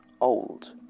old